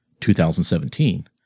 2017